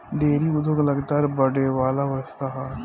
dairy उद्योग लगातार बड़ेवाला व्यवसाय ह